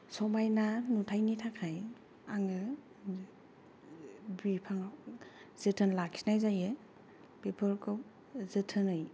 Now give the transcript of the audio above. समायना नुथाइनि थाखाय आङो बिफांआव जोथोन लाखिनाय जायो बेफोरखौ जोथोनै